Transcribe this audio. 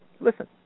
Listen